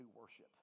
worship